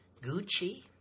Gucci